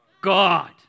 God